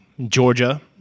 Georgia